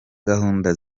gahunda